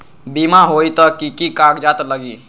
बिमा होई त कि की कागज़ात लगी?